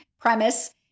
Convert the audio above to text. premise